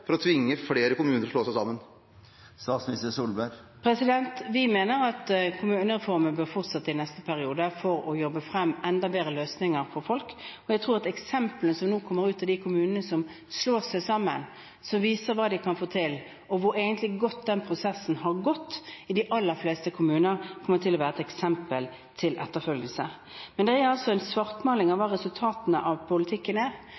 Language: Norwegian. for å tvinge flere kommuner til å slå seg sammen? Vi mener at kommunereformen bør fortsette i neste periode for å jobbe frem enda bedre løsninger for folk, og jeg tror at eksemplene fra de kommunene som slår seg sammen, som viser hva de kan få til, og hvor godt den prosessen egentlig har gått i de aller fleste kommuner, kommer til å være eksempler til etterfølgelse. Men det er altså en svartmaling av hva resultatene av politikken er,